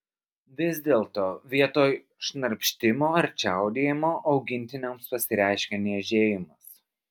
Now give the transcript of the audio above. vis dėlto vietoj šnarpštimo ar čiaudėjimo augintiniams pasireiškia niežėjimas